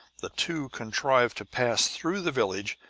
the two contrived to pass through the village,